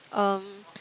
um